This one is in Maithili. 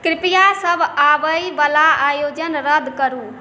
कृपया सब आबई बला आयोजन रद्द करू